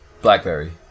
Blackberry